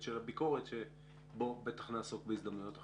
של הביקורת שבה בטח נעסוק בהזדמנויות אחרות.